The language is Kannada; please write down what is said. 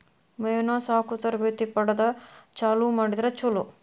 ಮೇನಾ ಸಾಕು ತರಬೇತಿ ಪಡದ ಚಲುವ ಮಾಡಿದ್ರ ಚುಲೊ